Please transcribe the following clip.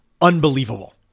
unbelievable